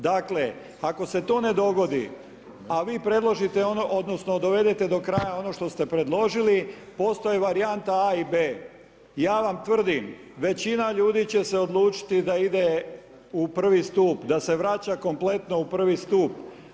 Dakle, ako se to ne dogodi, a vi predložite ono odnosno dovedete do kraja ono što ste predložili, postoje varijanta A i B. Ja vam tvrdim, većina ljudi će se odlučiti da ide u I. stup, da se vraća kompletno u I. stup.